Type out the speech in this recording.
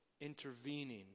intervening